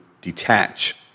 detach